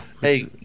Hey